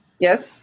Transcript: Yes